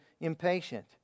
impatient